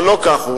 אבל לא כך הוא.